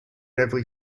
every